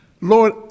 Lord